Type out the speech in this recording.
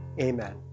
amen